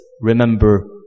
remember